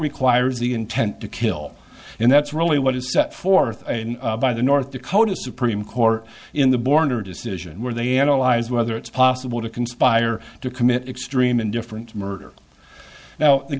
requires the intent to kill and that's really what is set forth by the north dakota supreme court in the border decision where they analyze whether it's possible to conspire to commit extreme indifference to murder now the